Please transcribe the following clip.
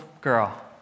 girl